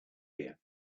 here